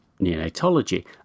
neonatology